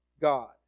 God